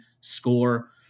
score